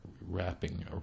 wrapping